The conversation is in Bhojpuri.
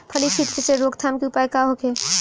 फली छिद्र से रोकथाम के उपाय का होखे?